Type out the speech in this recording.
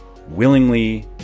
Willingly